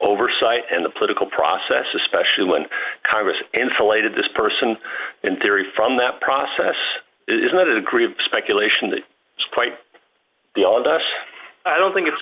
oversight and the political process especially when congress insulated this person in theory from that process is another degree of speculation that quite beyond us i don't think it